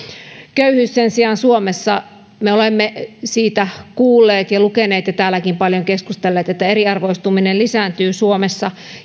sen sijaan köyhyys suomessa me olemme siitä kuulleet ja lukeneet ja täälläkin paljon keskustelleet siitä että eriarvoistuminen lisääntyy suomessa